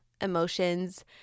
emotions